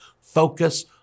Focus